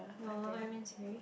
no I mean sorry